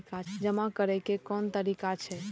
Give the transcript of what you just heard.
जमा करै के कोन तरीका छै?